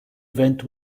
event